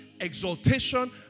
exaltation